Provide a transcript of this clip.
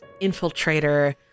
infiltrator